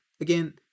Again